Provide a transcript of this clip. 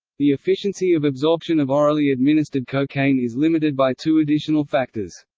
the efficiency of absorption of orally administered cocaine is limited by two additional factors.